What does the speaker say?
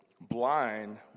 blind